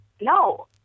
no